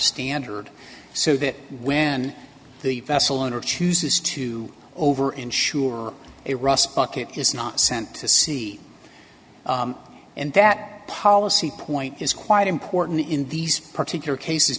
standard so that when the vessel owner chooses to over ensure eros bucket is not sent to sea and that policy point is quite important in these particular cases